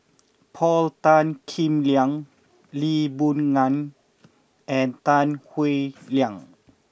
Paul Tan Kim Liang Lee Boon Ngan and Tan Howe Liang